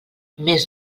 més